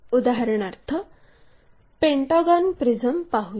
उदाहरणार्थ pentagon prism पाहूया